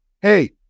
hey